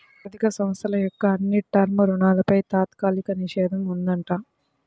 ఆర్ధిక సంస్థల యొక్క అన్ని టర్మ్ రుణాలపై తాత్కాలిక నిషేధం ఉందంట